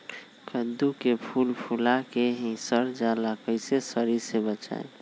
कददु के फूल फुला के ही सर जाला कइसे सरी से बचाई?